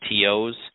TOs